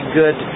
good